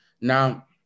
Now